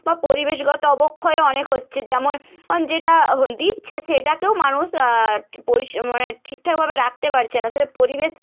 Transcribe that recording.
বা পরিবেশগত অবক্ষয়ও অনেক হচ্ছে যেমন ওন যেটা হ দিচ্ছে সেটাকেও মানুষ পরিষেবা মানে ঠিকঠাকভাবে রাখতে পারছে না সেটা পরিবেশ